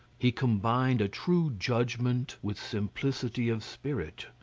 he combined a true judgment with simplicity of spirit,